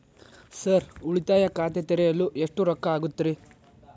Sir ಉಳಿತಾಯ ಖಾತೆ ತೆರೆಯಲು ಎಷ್ಟು ರೊಕ್ಕಾ ಆಗುತ್ತೇರಿ?